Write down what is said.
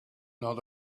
not